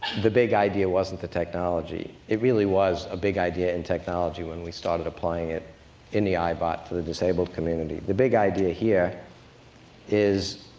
the big idea wasn't the technology. it really was a big idea in technology when we started applying it in the ibot for the disabled community. the big idea here is,